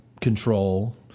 control